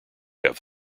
have